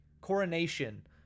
coronation